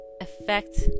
affect